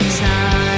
time